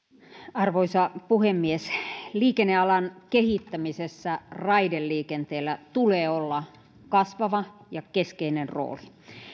arvoisa puhemies liikennealan kehittämisessä raideliikenteellä tulee olla kasvava ja keskeinen rooli